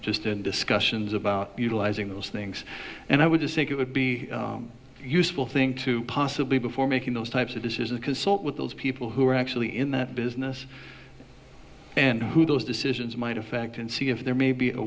just in discussions about utilizing those things and i would think it would be useful thing to possibly before making those types of this is a consult with those people who are actually in that business and who those decisions might affect and see if there may be a